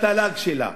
בתל"ג שלה,